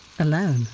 Alone